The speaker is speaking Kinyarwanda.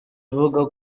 ivuga